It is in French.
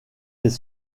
des